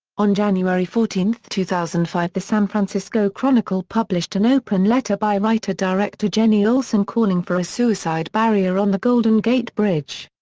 on january fourteen, two thousand and five the san francisco chronicle published an open letter by writer-director jenni olson calling for a suicide barrier on the golden gate bridge.